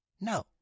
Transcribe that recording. No